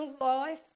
life